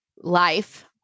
life